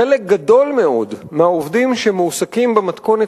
חלק גדול מאוד מהעובדים שמועסקים במתכונת